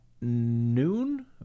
noon